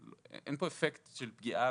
אין פה אפקט של פגיעה